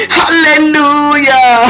hallelujah